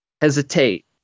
hesitate